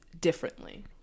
differently